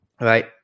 right